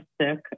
sick